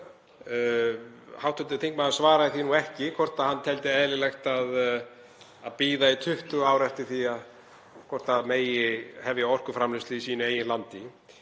Hv. þingmaður svaraði því nú ekki hvort hann teldi eðlilegt að bíða í 20 ár eftir því hvort það megi hefja orkuframleiðslu í sínu eigin landi.